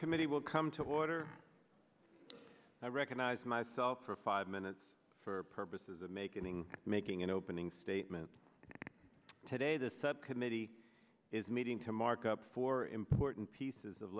subcommittee will come to order i recognize myself for five minutes for purposes of making making an opening statement today the subcommittee is meeting to mark up for important pieces of